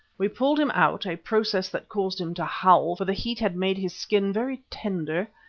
we pulled him out, a process that caused him to howl, for the heat had made his skin very tender,